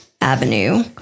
Avenue